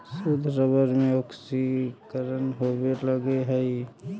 शुद्ध रबर में ऑक्सीकरण होवे लगऽ हई